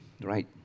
right